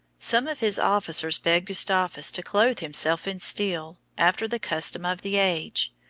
some of his officers begged gustavus to clothe himself in steel, after the custom of the age.